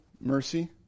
mercy